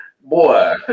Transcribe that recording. Boy